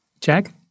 Jack